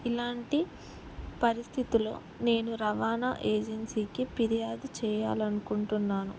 ఇలాంటి పరిస్థితులో నేను రవాణా ఏజెన్సీకి ఫిర్యాదు చేయాలనుకుంటున్నాను